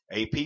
AP